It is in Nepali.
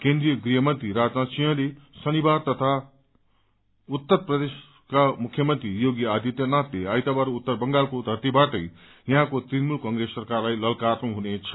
केन्द्रीय गृहमन्त्री राजनाथ सिंहले शनिबार तथा उत्तर प्रदेशका मुख्यमन्त्री योगी आदित्यनाथले आइतबार उत्तर बंगालको धरतीवाटै यहाँको तृणमूल कंप्रेस सरकारलाई लल्कार्नु हुनेछ